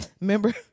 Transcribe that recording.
remember